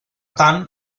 tant